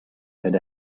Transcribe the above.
had